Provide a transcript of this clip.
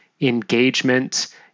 engagement